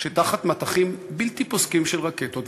שתחת מטחים בלתי פוסקים של רקטות,